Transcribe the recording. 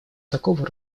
такого